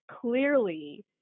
clearly